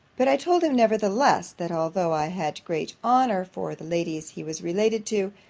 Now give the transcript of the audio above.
but i told him nevertheless, that although i had great honour for the ladies he was related to,